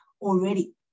already